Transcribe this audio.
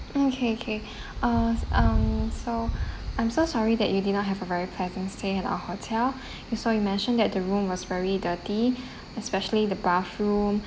mm okay okay uh um so I'm so sorry that you did not have a very pleasant stay at our hotel you so mentioned that the room was very dirty especially the bathroom